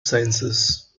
sciences